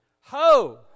Ho